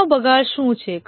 સમયનો બગાડ શું છે